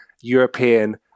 European